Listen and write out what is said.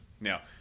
now